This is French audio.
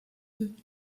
deux